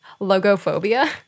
logophobia